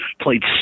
played